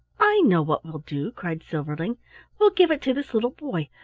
i know what we'll do! cried silverling we'll give it to this little boy,